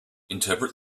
interpret